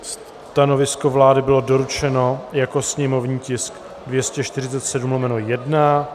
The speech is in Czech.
Stanovisko vlády bylo doručeno jako sněmovní tisk 247/1.